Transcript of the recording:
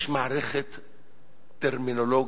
יש מערכת טרמינולוגית,